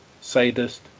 sadist